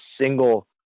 single